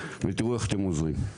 ותראו איך אתם עוזרים.